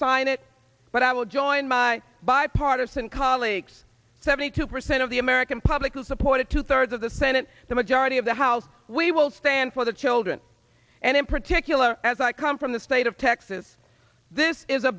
sign it but i will join my bipartisan colleagues seventy two percent of the american public will support it two thirds of the senate the majority of the house we will stand for the children and in particular as i come from the state of texas this is a